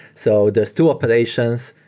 so there's two operations,